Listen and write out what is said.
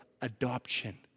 adoption